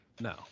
No